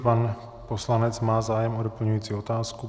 Pan poslanec má zájem o doplňující otázku.